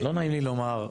לא נעים לי לומר,